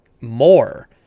more